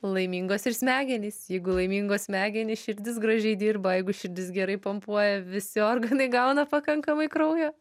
laimingos ir smegenys jeigu laimingos smegenys širdis gražiai dirba jeigu širdis gerai pompuoja visi organai gauna pakankamai kraujo